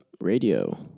Radio